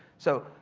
so,